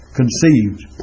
conceived